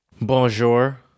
Bonjour